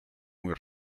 muy